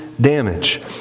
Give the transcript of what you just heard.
Damage